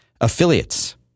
Affiliates